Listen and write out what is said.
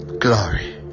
glory